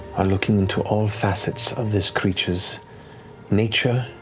are looking into all facets of this creature's nature